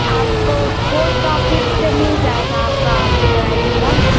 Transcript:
आपको post office से मिल जाएगा आपका वोटर आई डी कार्ड